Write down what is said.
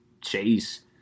chase